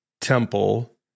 temple